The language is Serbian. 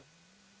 Hvala.